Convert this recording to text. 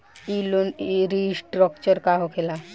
ई loan restructure का होखे ला?